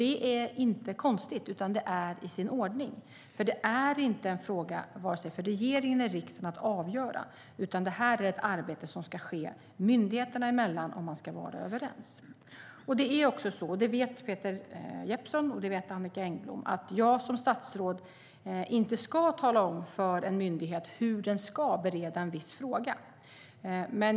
Det är inte konstigt, utan det är i sin ordning, för det är inte en fråga för vare sig regeringen eller riksdagen att avgöra, utan det här är ett arbete som ska ske myndigheterna emellan, och man ska vara överens. Peter Jeppsson och Annicka Engblom vet också att jag som statsråd inte ska tala om för en myndighet hur den ska bereda en viss fråga.